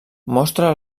mostra